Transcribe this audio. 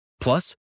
Plus